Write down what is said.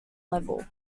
level